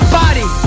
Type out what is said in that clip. body